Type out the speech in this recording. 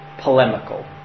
polemical